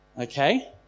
okay